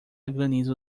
granizo